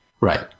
right